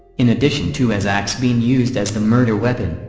in addition to as ax being used as the murder weapon,